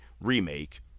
remake